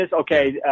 okay